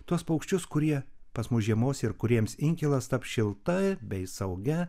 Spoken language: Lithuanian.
tuos paukščius kurie pas mus žiemos ir kuriems inkilas taps šiltai bei saugia